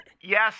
Yes